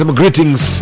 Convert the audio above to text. greetings